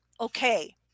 okay